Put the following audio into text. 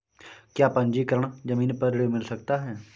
क्या पंजीकरण ज़मीन पर ऋण मिल सकता है?